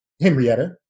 Henrietta